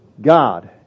god